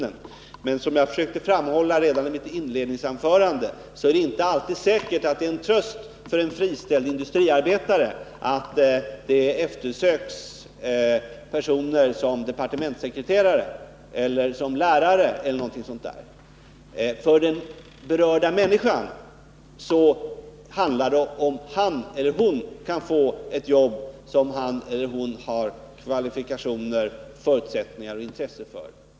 Men det är inte, som jag försökte framhålla redan i mitt inledningsanförande, alltid säkert att det är en tröst för en friställd industriarbetare att det eftersöks personer som departementssekreterare, lärare eller liknande. För den berörda människan handlar det om hon kan få ett jobb som hon har kvalifikationer, förutsättningar och intresse för.